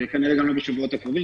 וכנראה גם לא בשבועות הקרובים,